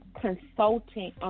consulting